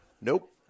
Nope